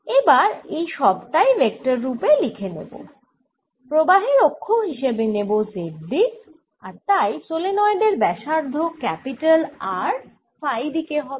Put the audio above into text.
এবার এই সব টাই ভেক্টর রুপে লিখে নেব প্রবাহের অক্ষ হিসেবে নেব z দিক আর তাই সলেনয়েডের ব্যাসার্ধ R ফাই দিকে হবে